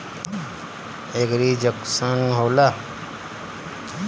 एगरी junction का होला?